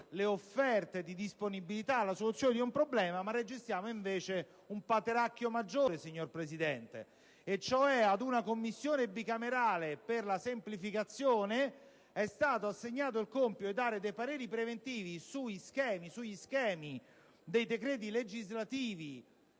le offerte di disponibilità alla soluzione di un problema, ma registriamo un pateracchio peggiore, signora Presidente, e cioè il fatto che alla una Commissione bicamerale per la semplificazione è stato assegnato il compito di esprimere dei pareri preventivi sugli schemi dei decreti legislativi